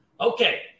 Okay